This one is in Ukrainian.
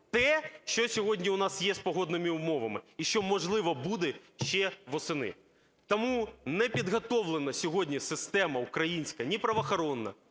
те, що сьогодні у нас є з погодними умовами, і що, можливо, буде ще восени. Тому не підготовлена сьогодні система українська ні правоохоронна,